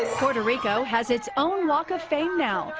puerto rico has its own walk of fame now.